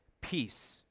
peace